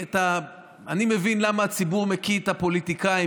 אני מבין למה הציבור מקיא את הפוליטיקאים